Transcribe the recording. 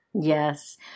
Yes